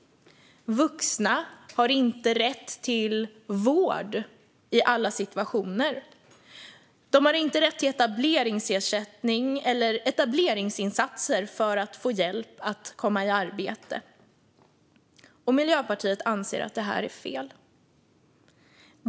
Vuxna har inte rätt till vård i alla situationer. De har inte rätt till etableringsersättning eller etableringsinsatser för att få hjälp att komma i arbete. Miljöpartiet anser att det här är fel.